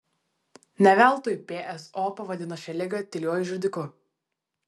ne veltui pso pavadino šią ligą tyliuoju žudiku